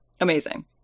Amazing